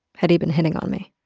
had he been hitting on me?